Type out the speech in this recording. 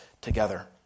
together